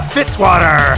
Fitzwater